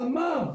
על מה?